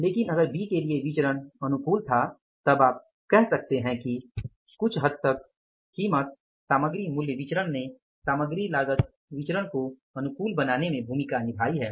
लेकिन अगर बी के लिए विचरण अनुकूल था तब आप कह सकते हैं कि कुछ हद तक कीमत सामग्री मूल्य विचरण ने सामग्री लागत विचरण को अनुकूल बनाने में भूमिका निभाई है